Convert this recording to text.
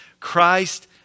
Christ